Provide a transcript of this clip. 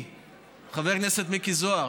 חבר הכנסת מיקי זוהר,